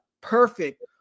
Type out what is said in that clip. perfect